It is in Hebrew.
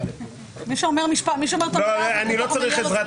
מי שאומר את המילה הזאת --- אני לא צריך עזרה,